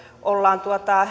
ollaan